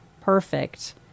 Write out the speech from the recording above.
perfect